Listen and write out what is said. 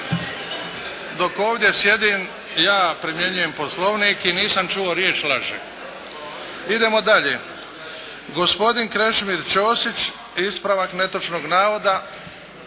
Dok ovdje sjedim ja primjenjujem poslovnik i nisam čuo riječ: "laže". Idemo dalje. Gospodin Krešimir Ćosić ispravak netočnog navoda.